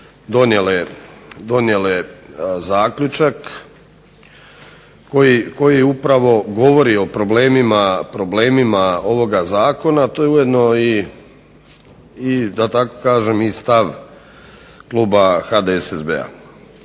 donijele zaključak koji upravo govori o problemima ovoga Zakona. To je ujedno i da tako